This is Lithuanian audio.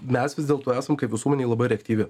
mes vis dėlto esam kaip visuomenė labai reaktyvi